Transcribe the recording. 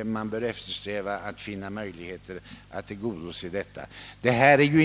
att man bör eftersträva möjligheter att tillgodose anstaltens behov och önskemål.